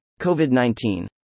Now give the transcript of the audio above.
COVID-19